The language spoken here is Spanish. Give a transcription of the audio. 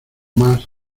más